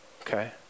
Okay